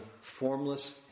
formless